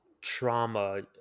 trauma